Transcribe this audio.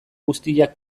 guztiak